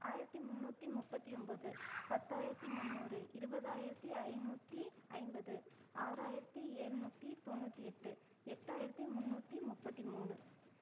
ஆயிரத்தி முன்னூற்றி முப்பத்தி ஒம்பது பத்தாயிரத்தி முன்னூறு இருபதாயிரத்தி ஐநூற்றி ஐம்பது ஆறாயிரத்தி எழுநூற்றி தொண்ணூத்தி எட்டு எட்டாயிரத்தி முன்னூற்றி முப்பத்தி மூணு